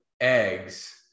eggs